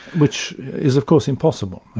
which, is of course impossible,